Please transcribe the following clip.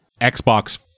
Xbox